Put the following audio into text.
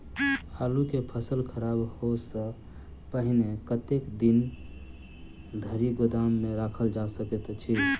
आलु केँ फसल खराब होब सऽ पहिने कतेक दिन धरि गोदाम मे राखल जा सकैत अछि?